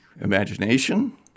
imagination